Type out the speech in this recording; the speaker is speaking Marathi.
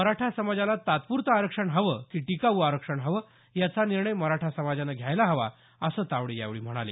मराठा समाजाला तात्पूरतं आरक्षण हवं की टिकावू आरक्षण हवं याचा निर्णय मराठा समाजानं घ्यायला हवा असं तावडे यावेळी म्हणाले